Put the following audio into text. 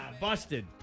Busted